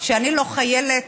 שאני לא חיילת,